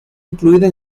incluida